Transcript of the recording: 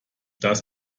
das